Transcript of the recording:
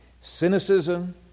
cynicism